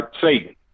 Satan